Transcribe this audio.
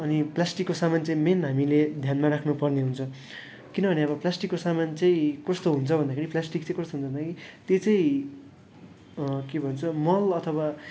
अनि प्लास्टिकको सामान चाहिँ मेन हामीले ध्यानमा राख्नु पर्ने हुन्छ किनभने अब प्लास्टिकको सामान चाहिँ कस्तो हुन्छ भन्दाखेरि प्लास्टिक चाहिँ कस्तो हुन्छ भन्दा त्यो चाहिँ के भन्छ मल अथवा